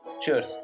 Cheers